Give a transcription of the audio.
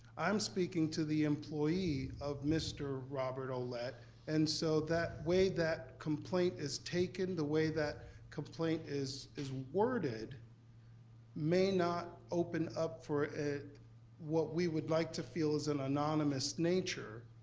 i'm speaking to the employee of mr. robert ouellette and so that way that complaint is taken, the way that complaint is is worded may not open up for what we would like to feel is an anonymous nature.